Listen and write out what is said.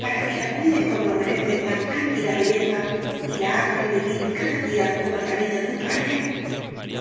para que la cuide como lo merece tan candida belleza y la haga revivir cada día como el cariño de un padre